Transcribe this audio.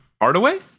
Hardaway